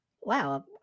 Wow